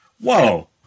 Whoa